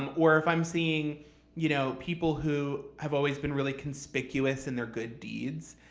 um or if i'm seeing you know people who have always been really conspicuous in their good deeds,